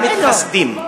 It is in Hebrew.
המתחסדים,